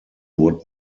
would